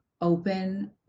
open